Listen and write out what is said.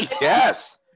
Yes